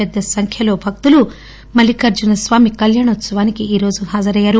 పెద్ద సంఖ్యలో భక్తులు మల్లిఖార్టున స్వామి కల్యాణోత్సవానికి ఈ రోజు హాజరయ్యారు